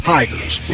Tigers